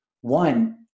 one